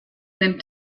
dem